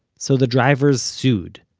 so the drivers sued.